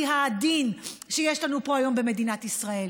העדין שיש לנו פה היום במדינת ישראל,